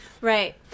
Right